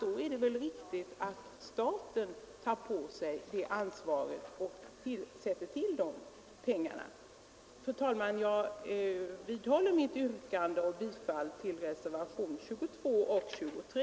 Då är det väl rimligt att staten tar på sig ansvaret och tillskjuter de pengarna. Fru talman! Jag vidhåller mitt yrkande om bifall till reservationerna 22 och 23.